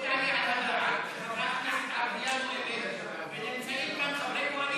לא יעלה על הדעת שחברת כנסת ערבייה נואמת ונמצאים חברי קואליציה.